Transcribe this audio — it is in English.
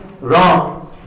wrong